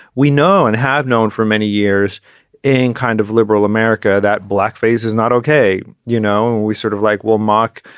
we know and have known for many years in kind of liberal america that blackface is not ok. you know, we sort of like, well, mark,